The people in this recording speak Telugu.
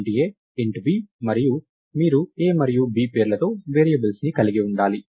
int a int b మరియు మీరు a మరియు b పేర్లతో వేరియబుల్స్ ని కలిగి ఉండాలి